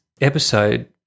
episode